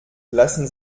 lassen